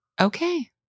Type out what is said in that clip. okay